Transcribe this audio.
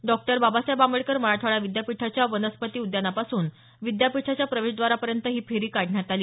डॉ बाबासाहेब आंबेडकर मराठवाडा विद्यापीठाच्या वनस्पती उद्यानापासून विद्यापीठाच्या प्रवेशद्वारापर्यंत ही फेरी काढण्यात आली